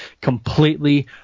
completely